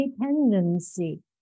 dependency